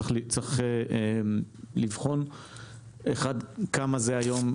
צריך לבחון, ראשית, כמה זה בשווי היום,